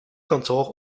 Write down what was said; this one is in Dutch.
kantoor